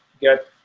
get